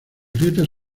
grietas